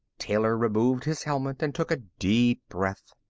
taylor removed his helmet and took a deep breath.